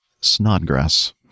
Snodgrass